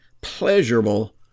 pleasurable